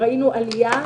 ראינו עלייה.